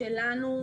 האינטרס שלנו,